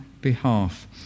behalf